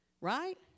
Right